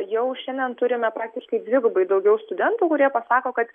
jau šiandien turime praktiškai dvigubai daugiau studentų kurie pasako kad